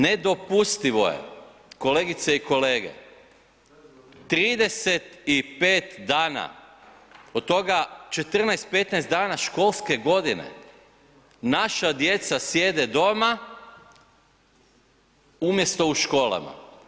Nedopustivo je kolegice i kolege 35 dana od toga 14, 15 dana školske godine naša djeca sjede doma umjesto u školama.